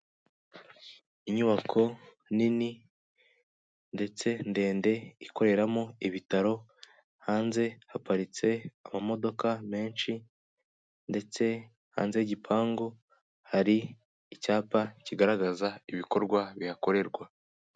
Inyubako nini, ndetse ndende ikoreramo ibitaro hanze haparitse amamodoka menshi, ndetse hanze y'igipangu hari icyapa kigaragaza ibikorwa bihakorerwa.